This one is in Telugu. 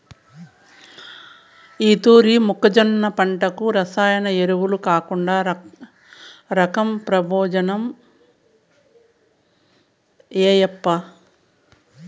ఈ తూరి మొక్కజొన్న పంటకు రసాయన ఎరువులు కాకుండా రక్తం ప్రబోజనం ఏయప్పా